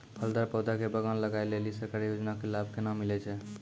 फलदार पौधा के बगान लगाय लेली सरकारी योजना के लाभ केना मिलै छै?